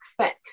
fix